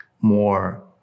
more